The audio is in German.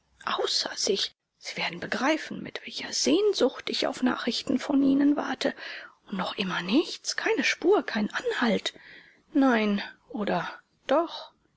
außer sich sie werden begreifen mit welcher sehnsucht ich auf nachrichten von ihnen warte und noch immer nichts keine spur kein anhalt nein oder doch